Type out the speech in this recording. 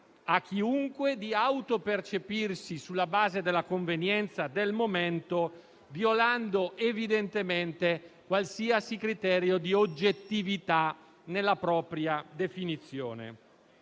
a chiunque di autopercepirsi sulla base della convenienza del momento, violando evidentemente qualsiasi criterio di oggettività nella propria definizione.